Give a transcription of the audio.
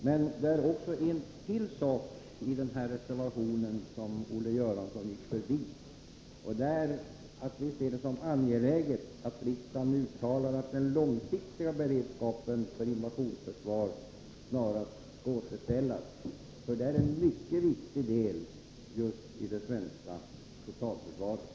Men det är en sak till i den här reservationen som Olle Göransson gick förbi — att vi ser det som angeläget att riksdagen uttalar att den långsiktiga beredskapen för invasionsförsvar snarast skall återställas, för det är en mycket viktig del i det svenska totalförsvaret.